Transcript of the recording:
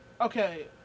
Okay